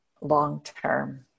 long-term